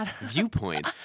viewpoint